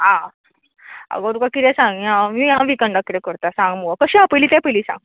आं आगो तुका कितें सांगी हांव ह्या विकेण्डाक कितें करता सांग मुगो कशें हा पयली तें पयली सांग